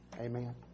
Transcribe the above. Amen